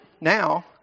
now